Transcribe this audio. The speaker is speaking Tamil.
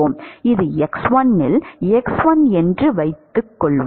இது x1 இல் x1 என்று வைத்துக்கொள்வோம்